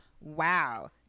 wow